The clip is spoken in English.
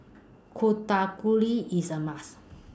Ku Chai Kuih IS A must